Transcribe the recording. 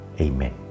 Amen